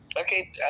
Okay